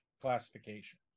classification